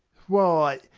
why,